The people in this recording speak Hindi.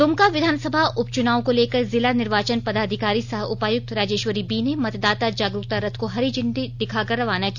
दुमका विधानसभा उपचुनाव को लेकर जिला निर्वाचन पदाधिकारी सह उपायुक्त राजेश्वरी बी ने मतदाता जागरूकता रथ को हरी झंडी दिखा कर रवाना किया